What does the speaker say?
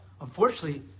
Unfortunately